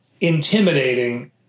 intimidating